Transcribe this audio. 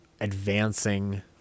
advancing